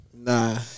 Nah